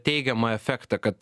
teigiamą efektą kad